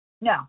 No